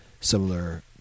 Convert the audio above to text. similar